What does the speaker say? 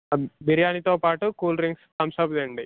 బిర్యానీతో పాటు cool drinks Thums Up తేండి